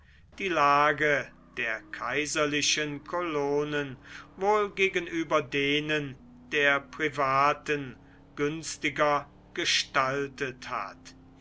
die lage der kaiserlichen kolonen wohl gegenüber denen der privaten günstiger gestaltet hat